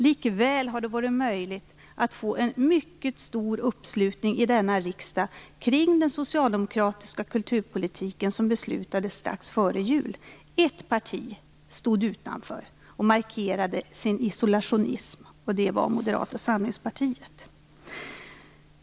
Likväl har det varit möjligt att få en mycket stor uppslutning i denna riksdag kring den socialdemokratiska kulturpolitiken, som beslutades strax före jul. Ett parti stod utanför och markerade sin isolationism, och det var Moderata samlingspartiet.